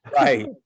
right